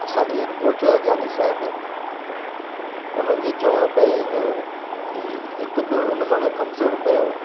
असांजो जेको कोच हुआ जानी साहिबु उन्हनि जो चवण पहिरियों ई हुओ कि हिकु बि हुन मां अगरि कमज़ोरु पियो